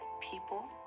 people